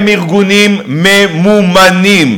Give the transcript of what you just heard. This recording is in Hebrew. הם ארגונים ממומנים.